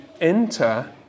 enter